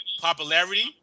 popularity